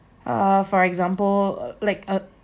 uh for example like uh